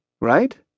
right